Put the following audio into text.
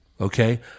Okay